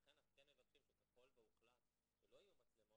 לכן אנחנו מבקשים שככל ויוחלט שלא יהיו מצלמות